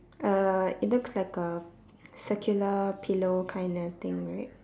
uh it looks like a circular pillow kind of thing right